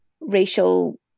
racial